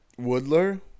Woodler